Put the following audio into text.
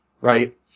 right